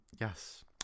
yes